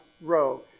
row